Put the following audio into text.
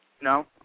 No